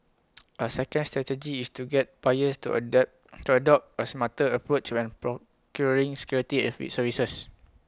A second strategy is to get buyers to adapt to adopt A smarter approach when procuring security Effie services